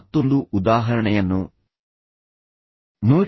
ಮತ್ತೊಂದು ಉದಾಹರಣೆಯನ್ನು ನೋಡಿ